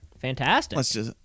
Fantastic